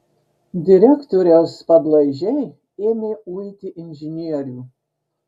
direktoriaus padlaižiai ėmė uiti inžinierių